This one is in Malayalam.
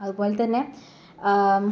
അതുപോലെത്തന്നെ